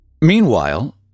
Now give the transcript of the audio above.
Meanwhile